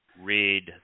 Read